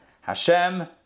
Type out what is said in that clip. Hashem